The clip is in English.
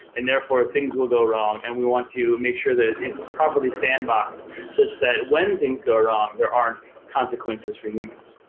and therefore things will go wrong and we want to make sure that it's properly sandboxed such that when things go wrong there aren't consequences for humans.